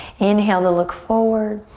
inhale to look forward.